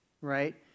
right